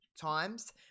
times